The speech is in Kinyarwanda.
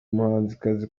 muhanzikazi